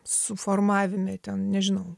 suformavime ten nežinau